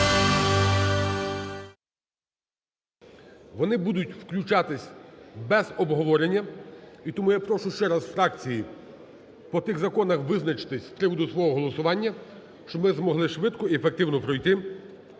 Вони будуть включатися без обговорення, і тому я прошу ще раз фракції по тих законах визначитись з приводу свого голосування, щоб ми змогли швидко і ефективно пройти.